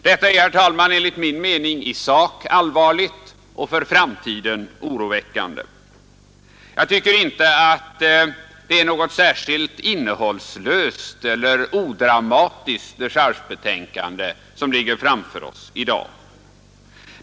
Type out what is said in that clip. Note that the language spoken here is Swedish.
Detta är, herr talman, enligt min mening i sak allvarligt och för framtiden oroväckande. Jag tycker inte att det är något särskilt innehållslöst eller odramatiskt dechargebetänkande som ligger framför oss i dag.